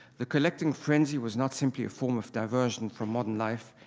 the collecting frenzy was not simply a form of diversion from modern life,